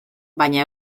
baina